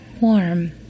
warm